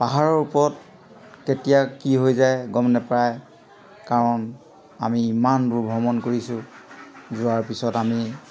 পাহাৰৰ ওপৰত কেতিয়া কি হৈ যায় গম নাপায় কাৰণ আমি ইমান দূৰ ভ্ৰমণ কৰিছোঁ যোৱাৰ পিছত আমি